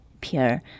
Pierre